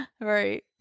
Right